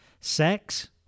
Sex